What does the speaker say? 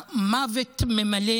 המוות ממלא